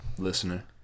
listener